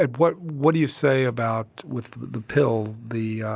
and what what do you say about, with the pill, the